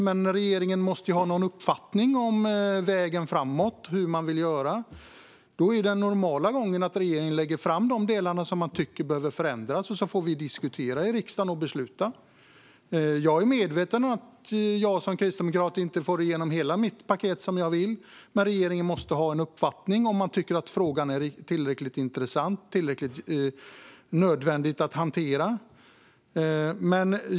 Men regeringen måste har någon uppfattning om vägen framåt och hur man vill göra. Då är den normala gången att regeringen lägger fram de delar som man tycker behöver förändras, och så får vi diskutera i riksdagen och besluta. Jag är medveten om att jag som kristdemokrat inte får igenom hela mitt paket som jag vill. Men regeringen måste ha en uppfattning om man tycker att frågan är tillräckligt intressant och tillräckligt nödvändig att hantera.